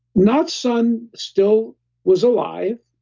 knott's son still was alive,